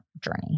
journey